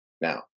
now